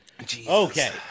Okay